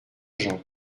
jean